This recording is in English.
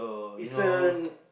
is a